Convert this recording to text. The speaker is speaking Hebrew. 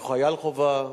או חייל חובה,